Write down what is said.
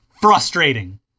frustrating